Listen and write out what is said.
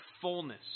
fullness